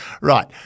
Right